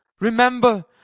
remember